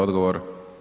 Odgovor.